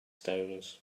stones